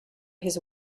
his